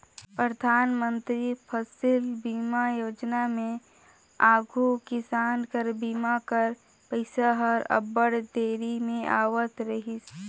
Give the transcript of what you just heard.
परधानमंतरी फसिल बीमा योजना में आघु किसान कर बीमा कर पइसा हर अब्बड़ देरी में आवत रहिस